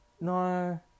no